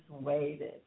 waited